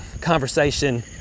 conversation